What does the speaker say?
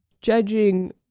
Judging